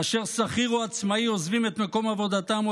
כאשר שכיר או עצמאי עוזבים את מקום עבודתם או